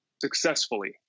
successfully